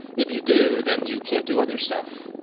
if you do, then you can't do other stuff,